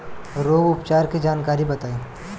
रोग उपचार के जानकारी बताई?